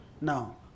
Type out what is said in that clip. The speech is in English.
Now